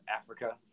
africa